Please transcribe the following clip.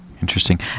Interesting